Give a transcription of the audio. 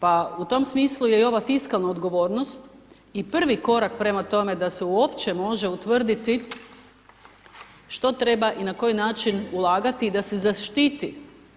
Pa u tom smislu je i ova fiskalna odgovornost i prvi korak prema tome da se uopće može utvrditi što treba i u na koji način ulagati da se zaštiti